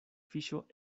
fiŝo